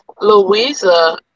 Louisa